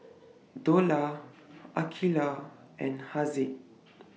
Dollah Aqilah and Haziq